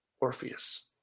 Orpheus